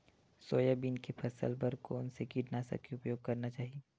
Soybean के फसल बर कोन से कीटनाशक के उपयोग करना चाहि?